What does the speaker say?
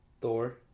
Thor